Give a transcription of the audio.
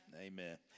Amen